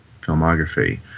filmography